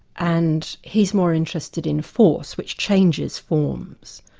and he's more interested in force which changes forms,